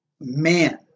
man